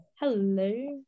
hello